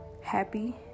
Happy